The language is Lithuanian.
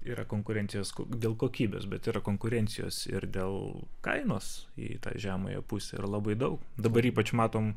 yra konkurencijos dėl kokybės bet yra konkurencijos ir dėl kainos į tą žemąją pusę ir labai daug dabar ypač matom